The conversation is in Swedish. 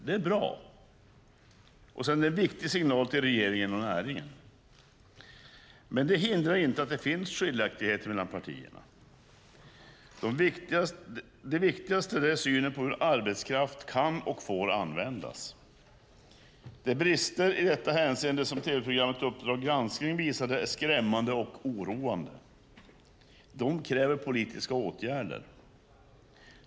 Det är bra och sänder en viktig signal till regeringen och näringen. Det hindrar inte att det finns skiljaktigheter mellan partierna. De viktigaste är synen på hur arbetskraft kan och får användas. De brister i detta hänseende som tv-programmet Uppdrag granskning visade är skrämmande och oroande. De kräver politiska åtgärder.